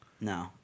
No